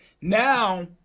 now